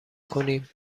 کنیم